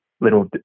little